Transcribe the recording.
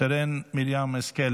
שרן מרים השכל